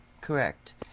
Correct